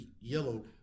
yellow